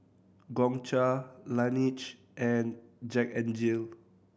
Gongcha Laneige and Jack N Jill